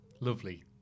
lovely